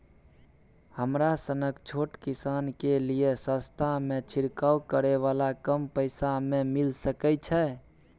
हमरा सनक छोट किसान के लिए सस्ता में छिरकाव करै वाला कम पैसा में मिल सकै छै?